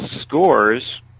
scores